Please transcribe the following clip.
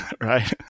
right